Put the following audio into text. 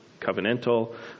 covenantal